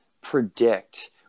predict